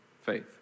faith